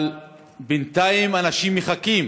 אבל בינתיים אנשים מחכים.